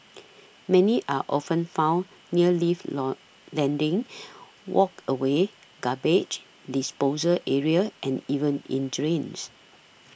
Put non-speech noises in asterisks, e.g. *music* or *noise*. many are often found near lift load landings *noise* walkways garbage disposal areas and even in drains